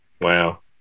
Wow